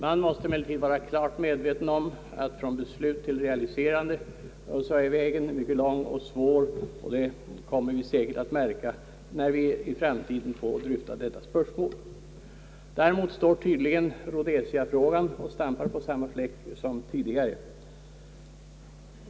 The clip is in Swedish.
Man måste emellertid var klart medveten om att från beslut till realiserande är vägen mycket lång och svår, och det kommer vi säkert att märka när vi i framtiden får dryfta detta spörsmål. Däremot står tydligen Rhodesiafrågan och stampar på samma fläck som tidigare.